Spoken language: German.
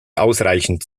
ausreichend